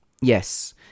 Yes